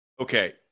okay